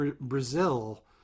Brazil